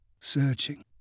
searching